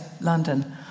London